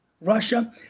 Russia